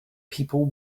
people